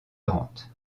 rente